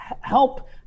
help